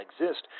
exist